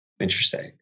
Interesting